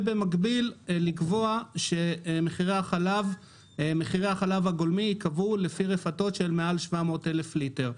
במקביל לקבוע שמחירי החלב הגולמי ייקבעו לפי רפתות של מעל 700,000 ליטר.